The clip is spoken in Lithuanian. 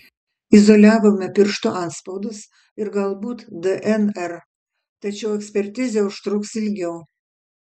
izoliavome pirštų atspaudus ir galbūt dnr tačiau ekspertizė užtruks ilgiau